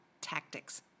tactics